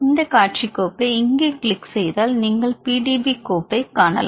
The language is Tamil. இந்த காட்சி கோப்பை இங்கே கிளிக் செய்தால் நீங்கள் PDB கோப்பைக் காணலாம்